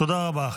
תודה רבה.